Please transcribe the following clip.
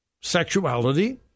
sexuality